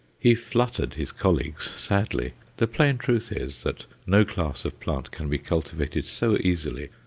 he fluttered his colleagues sadly. the plain truth is that no class of plant can be cultivated so easily,